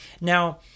Now